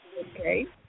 Okay